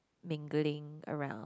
mingling around